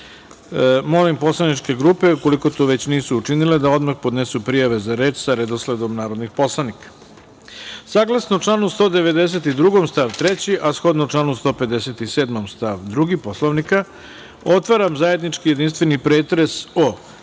grupa. Molim poslaničke grupe, ukoliko to već nisu učinile da odmah podnesu prijave za reč sa redosledom narodnih poslanika. Saglasno članu 192. stav 3, a shodno članu 157. stav 2. Poslovnika, otvaram zajednički jedinstveni pretres o